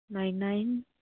nine nine